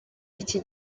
iki